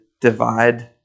divide